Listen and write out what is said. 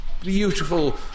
beautiful